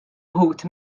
wħud